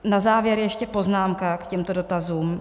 Na závěr ještě poznámka k těmto dotazům.